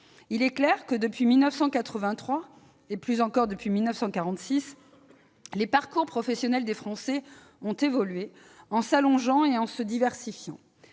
Il est clair que, depuis 1983 et, plus encore, depuis 1946, les parcours professionnels des Français ont évolué en s'allongeant et en se diversifiant.